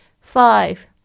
Five